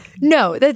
No